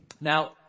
Now